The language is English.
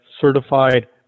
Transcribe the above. certified